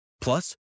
Plus